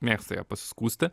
mėgsta jie pasiskųsti